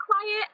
quiet